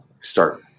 start